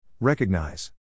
Recognize